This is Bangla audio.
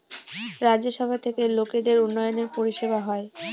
রাজ্য সভা থেকে লোকদের উন্নয়নের পরিষেবা হয়